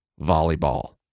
volleyball